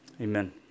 amen